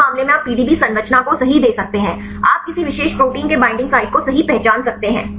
इस मामले में आप पीडीबी संरचना को सही दे सकते हैं आप किसी विशेष प्रोटीन के बईंडिंग साइटों को सही पहचान सकते हैं